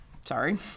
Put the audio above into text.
sorry